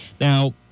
Now